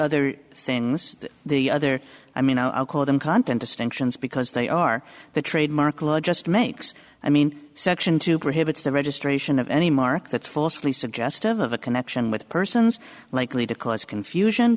other things the other i mean i'll call them content distinctions because they are the trademark law just makes i mean section two prohibits the registration of any mark that falsely suggestive of a connection with persons likely to cause confusion